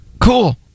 cool